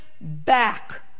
back